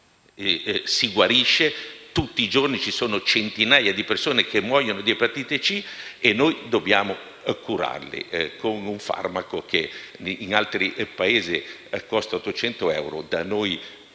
si guarisce. Tutti i giorni ci sono centinaia di persone che muoiono di epatite C e noi dobbiamo curarli, con un farmaco che in altri Paesi costa 800 euro e da noi